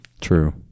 True